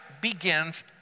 begins